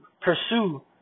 pursue